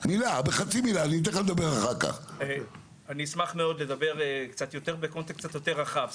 אני אשמח מאוד לדבר בקונטקסט קצת יותר רחב.